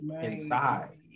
inside